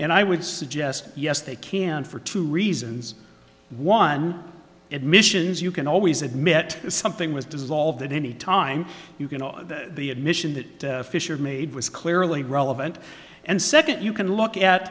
and i would suggest yes they can for two reasons one admissions you can always admit something was dissolved in any time you can on the admission that fisher made was clearly relevant and second you can look at